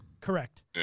Correct